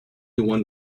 one